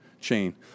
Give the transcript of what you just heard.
chain